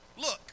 look